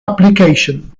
application